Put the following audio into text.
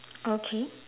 okay